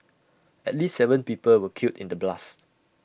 at least Seven people were killed in the blasts